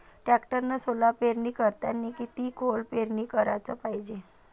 टॅक्टरनं सोला पेरनी करतांनी किती खोल पेरनी कराच पायजे?